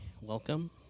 welcome